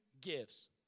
gives